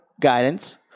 guidance